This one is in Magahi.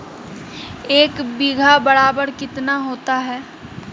एक बीघा बराबर कितना होता है?